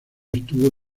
estuvo